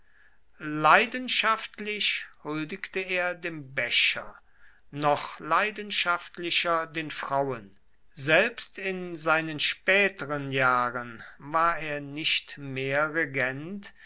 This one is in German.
leidenschaftlich huldigte er dem becher noch leidenschaftlicher den frauen selbst in seinen späteren jahren war er nicht mehr regent